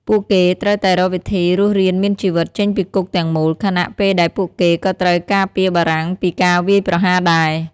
ពួកគេត្រូវតែរកវិធីរស់រានមានជីវិតចេញពីគុកទាំងមូល ខណៈពេលដែលពួកគេក៏ត្រូវការពារបារាំងពីការវាយប្រហារដែរ។